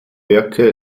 werke